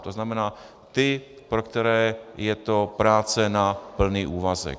To znamená, ti, pro které je to práce na plný úvazek.